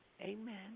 amen